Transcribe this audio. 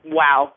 wow